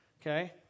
okay